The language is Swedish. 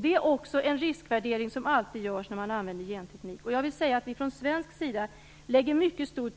Det är också en riskvärdering som alltid görs när man använder genteknik. Jag vill säga att vi från svensk sida lägger mycket stor